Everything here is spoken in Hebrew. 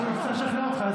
עכשיו הוא יצטרך לשכנע אותך.